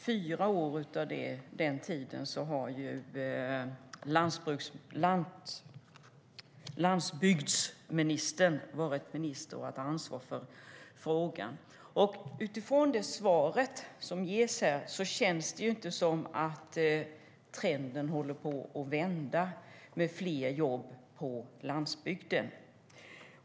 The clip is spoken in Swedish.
Under fyra av de åren har landsbygdsministern varit ansvarig minister för frågan. Utifrån det svar som ges känns det inte som att trenden håller på att vända så att vi får fler jobb på landsbygden.